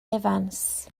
evans